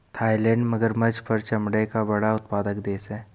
Thailand मगरमच्छ पर चमड़े का बड़ा उत्पादक देश है